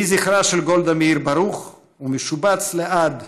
יהי זכרה של גולדה מאיר ברוך ומשובץ לעד